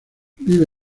vive